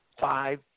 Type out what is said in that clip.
five